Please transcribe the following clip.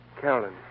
Carolyn